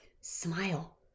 Smile